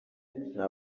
nta